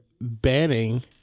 banning